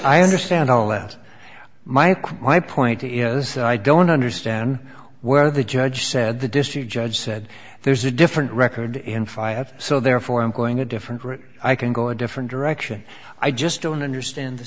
i understand all that my my point is that i don't understand where the judge said the district judge said there's a different record in five so therefore i'm going a different route i can go a different direction i just don't understand the